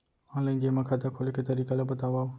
Online जेमा खाता खोले के तरीका ल बतावव?